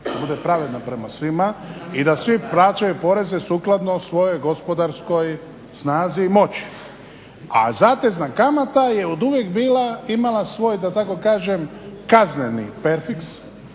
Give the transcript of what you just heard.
Da bude pravedna prema svima i da svi plaćaju poreze sukladno svojoj gospodarskoj snazi i moći. A zatezna kamata je oduvijek bila imala svoj da tako kaže kazneni prefiks